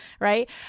right